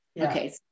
Okay